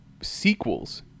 sequels